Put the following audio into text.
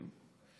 כן?